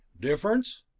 Difference